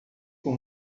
com